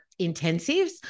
intensives